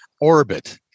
orbit